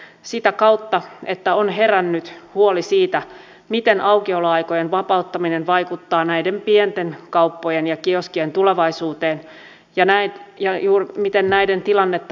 sitä kautta että on herännyt huoli siitä miten aukioloaikojen vapauttaminen vaikuttaa näiden pienten kauppojen ja kioskien tulevaisuuteen ja miten näiden tilannetta voitaisiin helpottaa